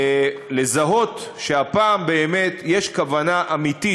לזהות שהפעם באמת יש כוונה אמיתית,